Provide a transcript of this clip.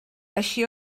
així